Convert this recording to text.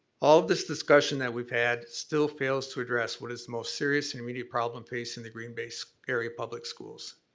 all of this discussion that we've had still fails to address what is the most serious and immediate problem facing the green bay so area public schools.